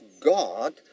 God